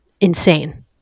insane